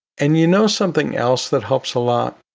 and you know something else that helps a lot.